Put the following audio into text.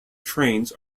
trains